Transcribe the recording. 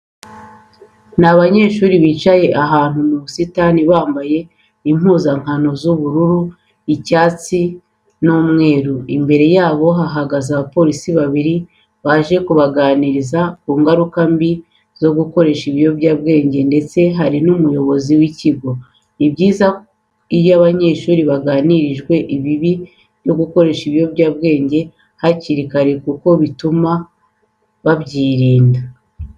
Ni abanyeshuri bicaye ahantu mu busitani, bambaye impuzankano isa ubururu, icyatsi n'umweru. Imbere yabo hahagaze abapolisi babiri baje kubaganiriza ku ngaruka mbi zo gukoresha ibiyobyabwenge ndetse hari n'umuyobozi w'ikigo. Ni byiza iyo abanyeshuri baganirizwa ku bibi byo gukoresha ibiyobyabwenge hakiri kare kuko bituma babyirinda.